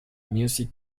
music